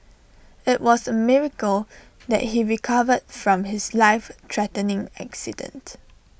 IT was A miracle that he recovered from his life threatening accident